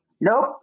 Nope